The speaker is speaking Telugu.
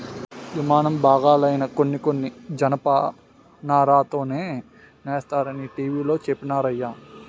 యిమానం బాగాలైనా కొన్ని కొన్ని జనపనారతోనే సేస్తరనీ టీ.వి లో చెప్పినారయ్య